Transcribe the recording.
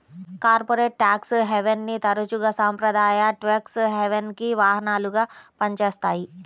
corporate tax హెవెన్ని తరచుగా సాంప్రదాయ ట్యేక్స్ హెవెన్కి వాహనాలుగా పనిచేస్తాయి